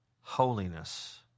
holiness